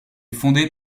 fondée